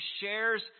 shares